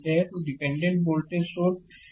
तोडिपेंडेंट voltage source है